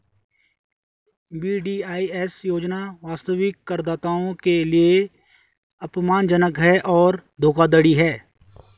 VDIS योजना वास्तविक करदाताओं के लिए अपमानजनक और धोखाधड़ी है